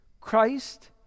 Christ